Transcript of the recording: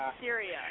Syria